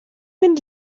mynd